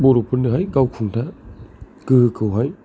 बर'फोरनो हाय गाव खुंथाइ गोहोखौ हाय